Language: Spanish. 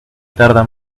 tarda